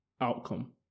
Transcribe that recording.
outcome